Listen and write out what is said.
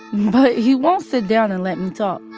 but he won't sit down and let me talk.